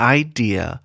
idea